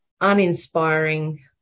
uninspiring